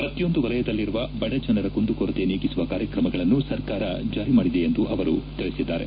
ಪ್ರತಿಯೊಂದು ವಲಯದಲ್ಲಿರುವ ಬಡಜನರ ಕುಂದು ಕೊರತೆ ನೀಗಿಸುವ ಕಾರ್ಯಕ್ರಮಗಳನ್ನು ಸರ್ಕಾರ ಜಾರಿ ಮಾಡಿದೆ ಎಂದು ಅವರು ತಿಳಿಸಿದ್ದಾರೆ